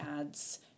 adds